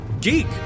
geek